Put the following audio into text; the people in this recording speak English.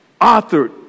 authored